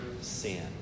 sin